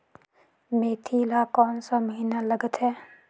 मेंथी ला कोन सा महीन लगथे?